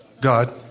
God